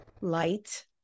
Light